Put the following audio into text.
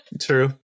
True